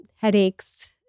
headaches